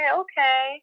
okay